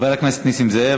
חבר הכנסת נסים זאב,